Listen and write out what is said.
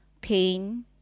pain